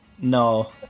No